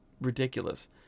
ridiculous